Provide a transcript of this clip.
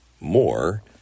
more